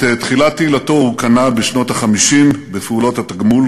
את תחילת תהילתו הוא קנה בשנות ה-50 בפעולות התגמול